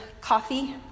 coffee